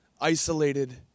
isolated